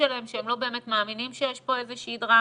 שלהם שהם לא באמת מאמינים שיש פה איזה שהיא דרמה